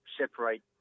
separate